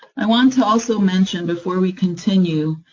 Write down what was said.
i want to also mention, before we continue,